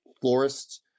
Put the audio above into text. florists